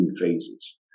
phases